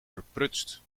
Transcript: verprutst